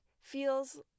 feels